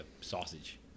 sausage